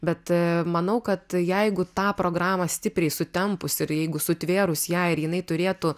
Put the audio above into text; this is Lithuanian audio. bet manau kad jeigu tą programą stipriai sutempus ir jeigu sutvėrus ją ir jinai turėtų